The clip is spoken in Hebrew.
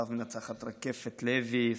שעליו מנצחת רקפת לוי,